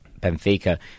Benfica